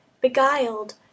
beguiled